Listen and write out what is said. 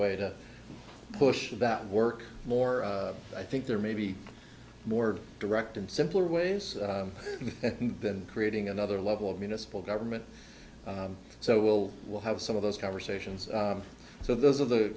way to push that work more i think there may be more direct and simpler ways and then creating another level of municipal government so we'll we'll have some of those conversations so those are the